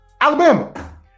Alabama